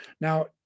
Now